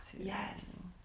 yes